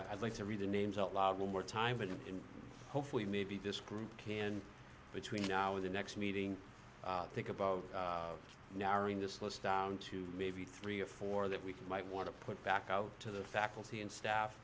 i'd like to read the names out loud one more time and in hopefully maybe this group can between now and the next meeting think about narron this list down to maybe three or four that we can might want to put back out to the faculty and staff